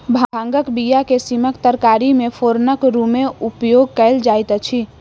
भांगक बीया के सीमक तरकारी मे फोरनक रूमे उपयोग कयल जाइत अछि